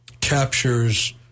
captures